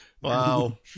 wow